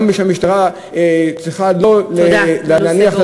גם המשטרה צריכה לא להניח,